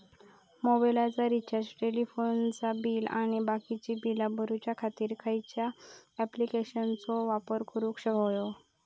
मोबाईलाचा रिचार्ज टेलिफोनाचा बिल आणि बाकीची बिला भरूच्या खातीर खयच्या ॲप्लिकेशनाचो वापर करूक होयो?